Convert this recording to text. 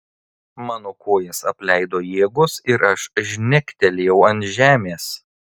mano kojas apleido jėgos ir aš žnegtelėjau ant žemės